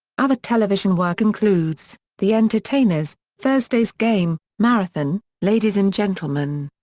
other television work includes the entertainers thursday's game marathon ladies and gentlemen.